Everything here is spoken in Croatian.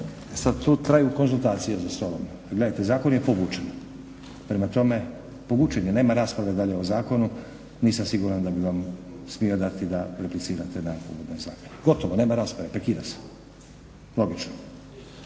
Sada tu traju konzultacije za stolom. Gledajte zakon je povučen, prema tome povučen je nema rasprave dalje o zakonu. Nisam siguran da bi vam smio dati da replicirate na povučen zakon. Gotovo nema rasprave. prekida se logično.